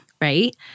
Right